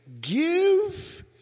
give